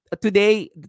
today